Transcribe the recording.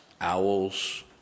owls